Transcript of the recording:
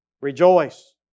Rejoice